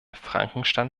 frankenstein